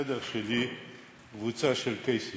בחדר שלי קבוצה של קייסים,